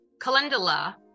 calendula